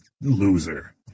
loser